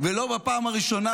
ולא בפעם הראשונה,